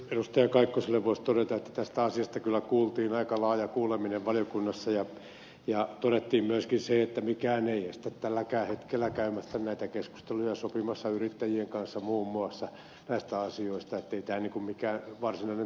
kaikkoselle voisi todeta että tästä asiasta kyllä kuultiin aika laaja kuuleminen valiokunnassa ja todettiin myöskin se että mikään ei estä tälläkään hetkellä käymästä näitä keskusteluja sopimasta yrittäjien kanssa muun muassa näistä asioista niin ettei tämä mikään varsinainen tulppa ole